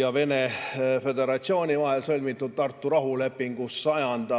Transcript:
ja Vene Föderatsiooni vahel sõlmitud Tartu rahulepingu 100.